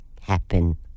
happen